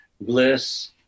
bliss